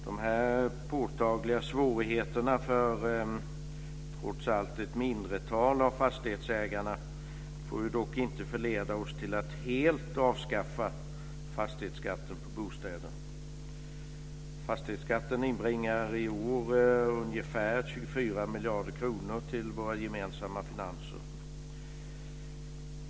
Dessa påtagliga svårigheter för trots allt ett mindretal av fastighetsägarna får dock inte förleda oss att helt avskaffa fastighetsskatten på bostäder. Fastighetsskatten inbringar i år ungefär 24 miljarder kronor till våra gemensamma finanser.